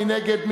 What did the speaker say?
מי נגד?